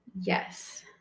Yes